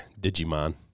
Digimon